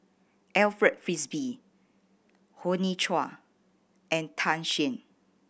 Alfred Frisby Hoey Choo and Tan Shen